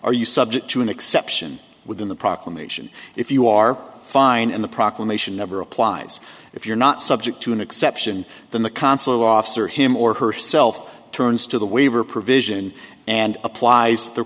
are you subject to an exception within the proclamation if you are fine and the proclamation never applies if you're not subject to an exception than the consular officer him or herself turns to the waiver provision and applies the